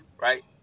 right